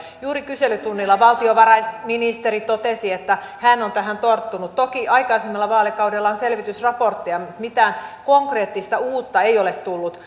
juuri kyselytunnilla valtiovarainministeri totesi että hän on tähän tarttunut toki aikaisemmilla vaalikausilla on tehty selvitysraportteja mutta mitään konkreettista uutta ei ole tullut